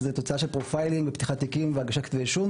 שזה תוצאה של "פרופיילינג" ופתיחת תיקים והגשת כתבי אישום,